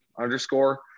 underscore